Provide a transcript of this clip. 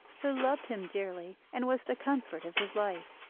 who loved him dearly, and was the comfort of his life.